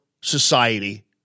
society